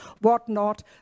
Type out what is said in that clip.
whatnot